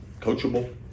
coachable